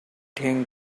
think